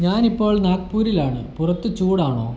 ഞാൻ ഇപ്പോൾ നാഗ്പൂരിൽ ആണ് പുറത്ത് ചൂടാണോ